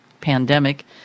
pandemic